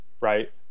right